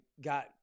got